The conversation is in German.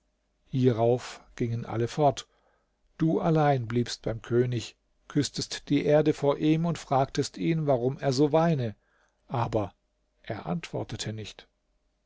hierauf gingen alle fort du allein bliebst beim könig küßtest die erde vor ihm und fragtest ihn warum er so weine aber er antwortete nicht